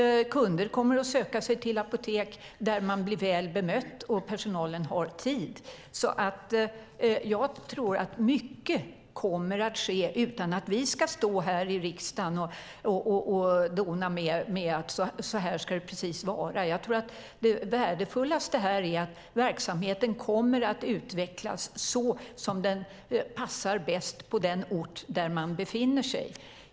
Kunder kommer att söka sig till apotek där man blir väl bemött och där personalen har tid. Jag tror att mycket kommer att ske utan att vi ska stå här i riksdagen och dona med att precis så här ska det vara. Jag tror att det värdefullaste här är att verksamheten kommer att utvecklas så som det passar bäst på den ort där man befinner sig.